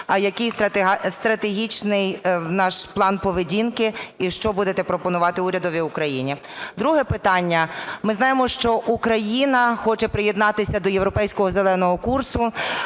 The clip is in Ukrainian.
який стратегічний наш план поведінки? І що будете пропонувати урядові України? Друге питання. Ми знаємо, що Україна хоче приєднатися до Європейського зеленого курсу.